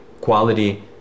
quality